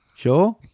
Sure